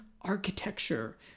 architecture